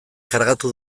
kargatu